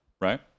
right